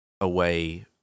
away